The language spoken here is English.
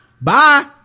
bye